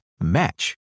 match